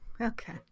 Okay